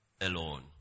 alone